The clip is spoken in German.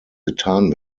getan